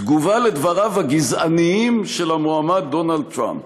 תגובה לדבריו הגזעניים של המועמד דונלד טראמפ.